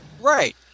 Right